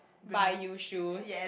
buy you shoes